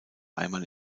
einmal